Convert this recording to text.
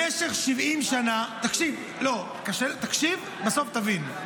במשך 70 שנה, תקשיב, בסוף תבין.